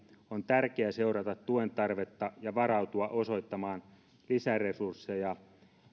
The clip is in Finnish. on tärkeä seurata tuen tarvetta ja varautua osoittamaan lisäresursseja